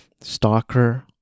stalker